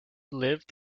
lived